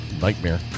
Nightmare